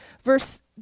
Verse